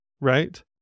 right